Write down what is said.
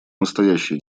настоящей